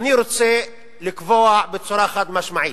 אני רוצה לקבוע בצורה חד-משמעית: